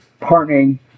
partnering